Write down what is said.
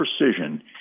precision